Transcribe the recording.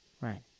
Right